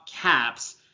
caps